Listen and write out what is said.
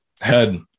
head